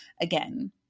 again